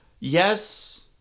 Yes